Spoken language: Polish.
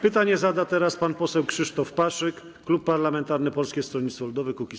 Pytanie zada pan poseł Krzysztof Paszyk, klub parlamentarny Polskie Stronnictwo Ludowe - Kukiz15.